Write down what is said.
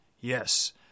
Yes